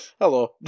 Hello